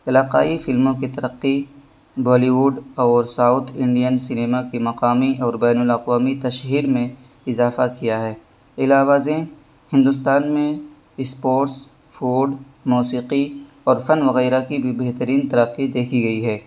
علاقائی فلموں کی ترقی بالی ووڈ اور ساؤتھ انڈین سنیما کی مقامی اور بین الاقوامی تشہیر میں اضافہ کیا ہے علاوہ ازیں ہندوستان میں اسپورٹس فوڈ موسیقی اور فن وغیرہ کی بھی بہترین ترقی دیکھی گئی ہے